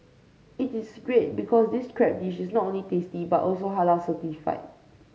it is great because this crab dish is not only tasty but also Halal certified